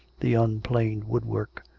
the unplaned woodwork,